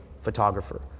photographer